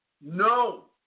No